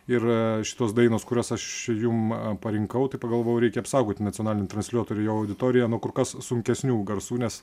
ir šitos dainos kurias aš jum parinkau tai pagalvojau reikia apsaugoti nacionalinį transliuotoją ir jo auditoriją nuo kur kas sunkesnių garsų nes